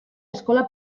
eskola